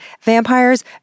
vampires